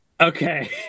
Okay